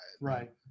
Right